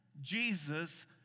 Jesus